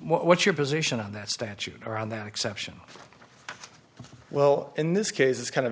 what's your position on that statute or on that exception well in this case it's kind of